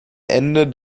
ende